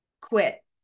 quit